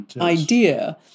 idea